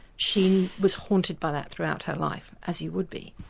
she was haunted by that throughout her life, as you would be.